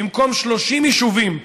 במקום 30 יישובים,